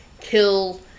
kill